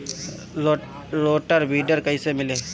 Rotor weeder कईसे मिले?